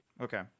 Okay